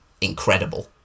incredible